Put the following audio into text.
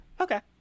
Okay